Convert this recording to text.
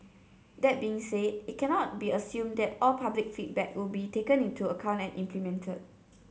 that being said it cannot be assumed that all public feedback will be taken into account and implemented